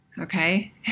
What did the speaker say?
Okay